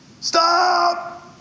Stop